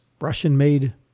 Russian-made